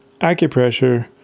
acupressure